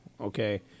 okay